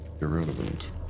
Irrelevant